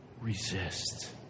resist